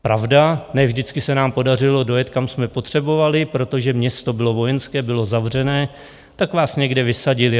Pravda, ne vždycky se nám podařilo dojet, kam jsme potřebovali, protože město bylo vojenské, bylo zavřené, tak vás někde vysadili.